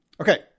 okay